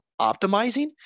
optimizing